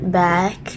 back